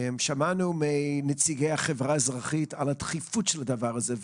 שמענו מנציגי החברה האזרחית על הדחיפות של הדבר הזה.